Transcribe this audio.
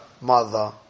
mother